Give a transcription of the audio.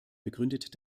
begründet